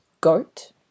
goat